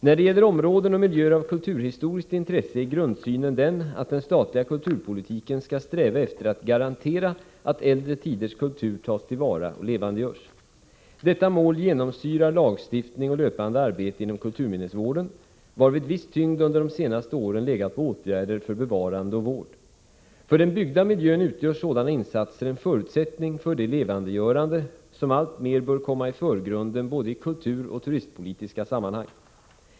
När det gäller områden och miljöer av kulturhistoriskt intresse är grundsynen den att den statliga kulturpolitiken skall sträva efter att garantera att äldre tiders kultur tas till vara och levandegörs. Detta mål genomsyrar lagstiftning och löpande arbete inom kulturminnesvården, varvid viss tyngd under de senaste åren legat på åtgärder för bevarande och vård. För den byggda miljön utgör sådana insatser en förutsättning för det levandegörande som alltmer bör komma i förgrunden i både kulturoch turistpolitiska sammanhang.